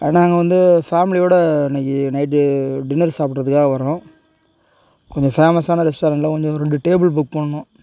நாங்கள் வந்து ஃபேமிலியோட இன்னைக்கு நைட்டு டின்னர் சாப்பிட்றதுக்காக வரோம் கொஞ்சம் ஃபேமஸான ரெஸ்டாரண்ட்டில கொஞ்சம் ரெண்டு டேபிள் புக் பண்ணணும்